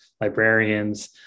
librarians